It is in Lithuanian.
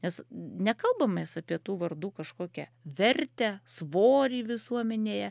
nes nekalbam mes apie tų vardų kažkokią vertę svorį visuomenėje